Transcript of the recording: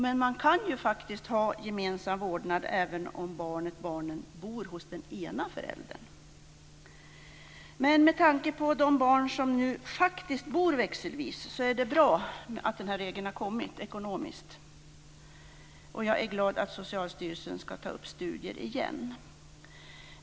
Men man kan faktiskt ha gemensam vårdnad även om barnet bor hos den ena föräldern. Med tanke på de barn som bor växelvis är det bra att den här regeln införs, ekonomiskt sett. Jag är glad att Socialstyrelsen ska ta upp studier igen.